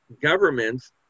Governments